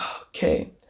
okay